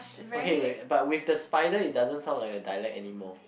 okay wait but with the spider it doesn't sound like a dialect anymore